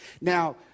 Now